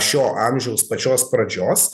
šio amžiaus pačios pradžios